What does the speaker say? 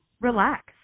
relax